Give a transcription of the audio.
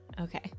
Okay